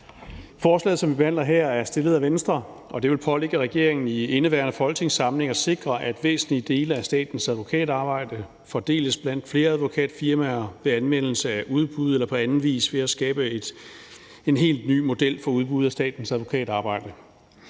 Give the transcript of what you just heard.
Forslaget, som vi behandler her, er fremsat af Venstre, og det vil pålægge regeringen i indeværende folketingssamling at sikre, at væsentlige dele af statens advokatarbejde fordeles blandt flere advokatfirmaer ved anvendelse af udbud eller på anden vis ved at skabe en helt ny model for udbud af statens advokatarbejde.